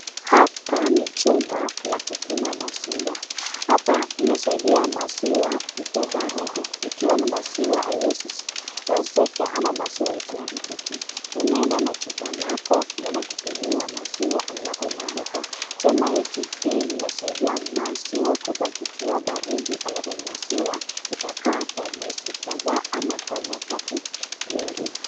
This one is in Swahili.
Hapa ni chumba la kupima maziwa. Hapa inasaidia maziwa ikue baridi. Ikiwa ni maziwa haiwezi ozeka ama maziwa isiharibike. Unaenda na chupa lako unaenda kupmiwa maziwa alafu unalipa. Tena hii kitu inasaidia maziwa kubaki ikiwa baridi. Alafu maziwa itakaa kwa mwezi kadhaa ama kwa nyakati mingi.